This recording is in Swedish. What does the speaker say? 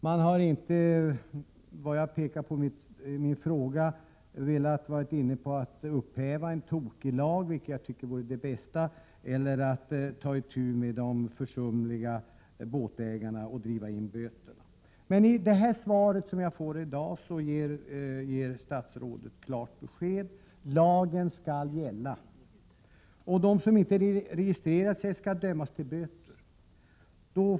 Den har inte, som jag pekar på i min fråga, velat överväga att upphäva en tokig lag — vilket vore det bästa — eller ta itu med de försumliga båtägarna och driva in böterna. I det svar som jag får i dag ger statsrådet klart besked: Lagen skall gälla, och de som inte vill registrera sig skall dömas till böter.